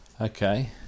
Okay